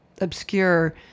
obscure